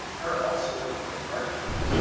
there also will your heart be.